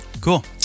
Cool